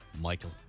Michael